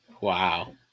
Wow